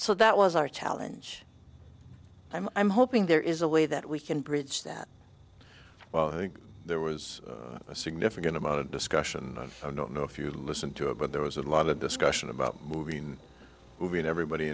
council that was our challenge i'm hoping there is a way that we can bridge that well i think there was a significant amount of discussion i don't know if you listen to it but there was a lot of discussion about moving moving everybody